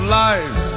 life